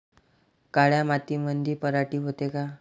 काळ्या मातीमंदी पराटी होते का?